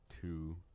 Two